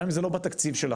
גם אם זה לא בתקציב שלכם.